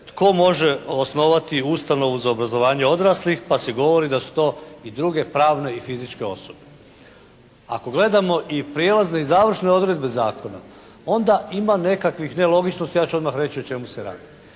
tko može osnovati ustanovu za obrazovanje odraslih. Pa se govori da su to i druge pravne i fizičke osobe. Ako gledamo i prijelazne i završne odredbe zakona onda ima nekakvih nelogičnosti. Ja ću odmah reći o čemu se radi?